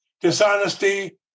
dishonesty